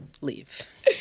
leave